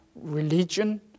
religion